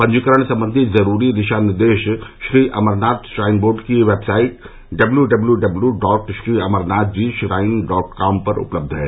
पंजीकरण संम्बन्धी जरूरी दिशा निर्देश श्री अमरनाथ श्राइन बोर्ड की website W W W W dot Shriamarnath ji shrine dot com उपलब्ध है